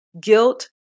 Guilt